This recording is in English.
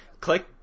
click